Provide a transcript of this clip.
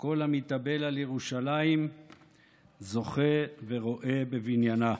כל המתאבל על ירושלים זוכה ורואה בבניינה.